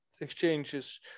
exchanges